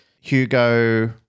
Hugo